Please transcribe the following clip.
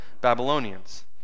Babylonians